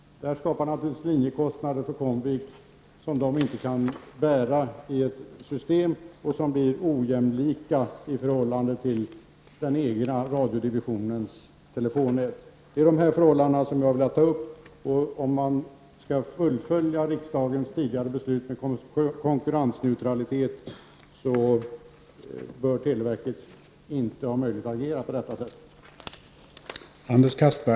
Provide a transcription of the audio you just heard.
Detta skapar naturligtvis linjekostnader för Comvik, som detta bolag inte kan bära för ett system som inte blir jämlikt i förhållandet till den egna radiodivisionens telefonnät. Det är dessa förhållanden som jag har velat ta upp till diskussion. Om riksdagens tidigare beslut om konkurrensneutralitet skall kunna fullföljas, bör televerket inte ha möjlighet att agera på det sätt som man gör.